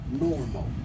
normal